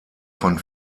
von